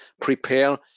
prepare